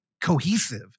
cohesive